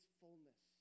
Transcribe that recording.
fullness